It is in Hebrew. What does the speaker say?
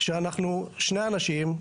שאנחנו שני אנשים,